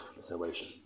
salvation